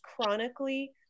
chronically